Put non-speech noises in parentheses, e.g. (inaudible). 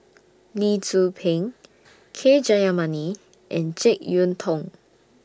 Lee Tzu Pheng (noise) K Jayamani and Jek Yeun Thong